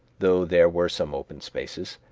though there were some open spaces,